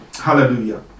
Hallelujah